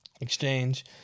exchange